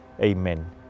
Amen